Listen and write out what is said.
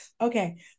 Okay